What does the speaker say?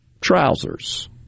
trousers